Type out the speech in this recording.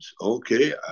Okay